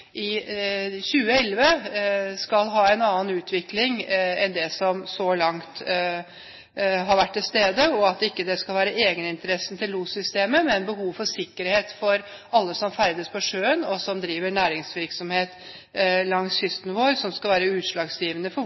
skal ha en annen utvikling enn det som har vært så langt, og at det ikke skal være egeninteressen til lossystemet, men behovet for sikkerhet for alle som ferdes på sjøen, og alle som driver næringsvirksomhet langs kysten vår, som skal være utslagsgivende for